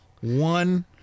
One